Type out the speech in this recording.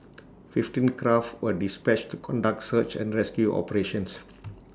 fifteen craft were dispatched to conduct search and rescue operations